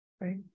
right